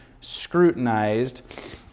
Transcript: scrutinized